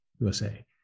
USA